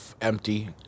empty